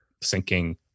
syncing